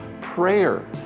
prayer